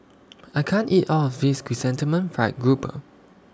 I can't eat All of This Chrysanthemum Fried Grouper